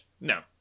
No